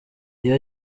iyo